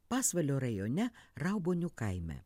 pasvalio rajone raubonių kaime